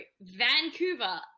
Vancouver